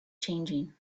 changing